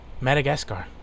Madagascar